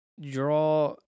draw